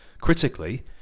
Critically